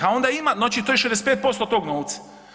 A onda ima, znači to je 65% od tog novca.